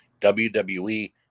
WWE